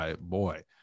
Boy